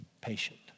patient